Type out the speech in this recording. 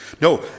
No